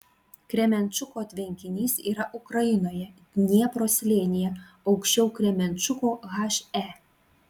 kremenčuko tvenkinys yra ukrainoje dniepro slėnyje aukščiau kremenčuko he